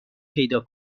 پیدا